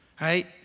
right